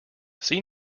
see